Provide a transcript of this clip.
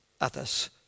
others